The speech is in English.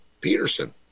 Peterson